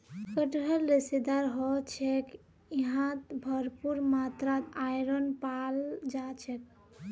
कटहल रेशेदार ह छेक यहात भरपूर मात्रात आयरन पाल जा छेक